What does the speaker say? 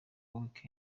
week